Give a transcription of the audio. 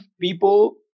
people